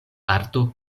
arto